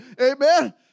amen